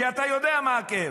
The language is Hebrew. כי אתה יודע מה הכאב.